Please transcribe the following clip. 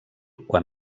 quan